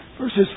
verses